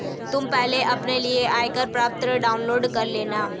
तुम पहले अपने लिए आयकर प्रपत्र डाउनलोड कर लेना